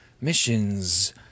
Missions